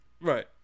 Right